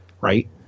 right